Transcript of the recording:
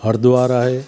हरिद्वार आहे